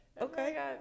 Okay